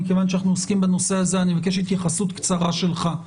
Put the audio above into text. מכיוון שאנחנו עוסקים בנושא הזה אני מבקש התייחסות קצרה שלך.